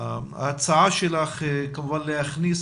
המורשת שהשאירה אמא שלכן הוא גדול מאוד,